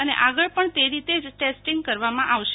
અને આગળ પણ તે રીતે જ ટેસ્ટિંગ કરવામાં આવશે